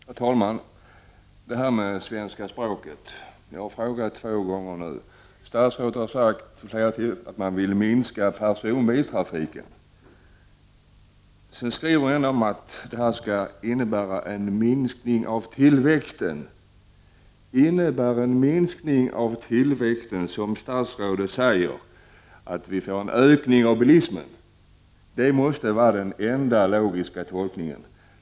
Herr talman! Det var det där med svenska språket — jag har nu två gånger frågat statsrådet, som har sagt att hon vill minska personbilstrafiken. Sedan skriver hon att detta skall innebära en minskning av tillväxten. Innebär ”en minskning av tillväxten”, som statsrådet säger, att vi får en ökning av bilismen? Det måste vara den enda logiska tolkningen.